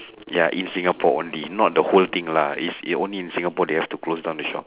ya in singapore only not the whole thing lah is here only in singapore they have to close down the shop